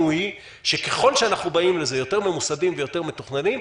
היא שככל שאנחנו באים לזה יותר ממוסדים ויותר מתוכננים,